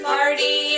Party